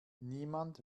niemand